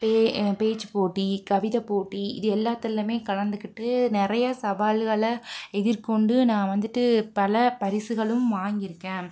பே பேச்சு போட்டி கவிதை போட்டி இது எல்லாத்துலயுமே கலந்துக்கிட்டு நிறையா சவால்களை எதிர்கொண்டு நான் வந்துட்டு பல பரிசுகளும் வாங்கியிருக்கேன்